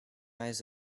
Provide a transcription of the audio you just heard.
eyes